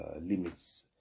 limits